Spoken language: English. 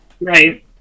Right